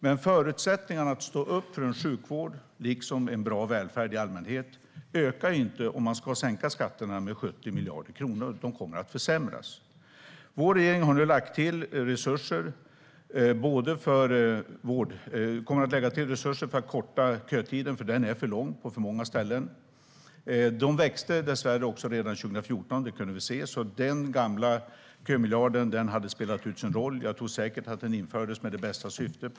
Men förutsättningarna för att stå upp för en sjukvård, liksom en bra välfärd i allmänhet, ökar inte om man ska sänka skatterna med 70 miljarder kronor. De kommer att försämras. Vår regering kommer att lägga till resurser för att korta kötiderna. De är nämligen för långa på för många ställen. De växte dessvärre redan 2014 - det kunde vi se. Den gamla kömiljarden hade spelat ut sin roll. Jag tror säkert att den infördes med det bästa syftet.